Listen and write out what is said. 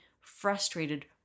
frustrated